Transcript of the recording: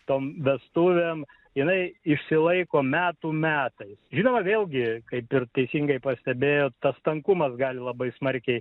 tom vestuvėm jinai išsilaiko metų metais žinoma vėlgi kaip ir teisingai pastebėjo tas tankumas gali labai smarkiai